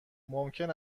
ممکن